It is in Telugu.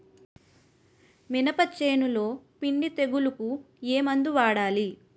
మినప చేనులో పిండి తెగులుకు ఏమందు వాడాలి?